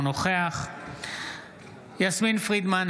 אינו נוכח יסמין פרידמן,